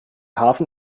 hafen